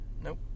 Nope